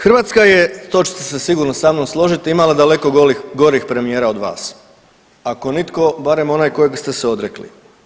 Hrvatska je to ćete se sigurno sa mnom složiti imala daleko gorih premijera od vas, ako nitko barem onaj kojega ste se odrekli.